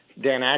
Dan